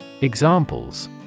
Examples